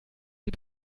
sie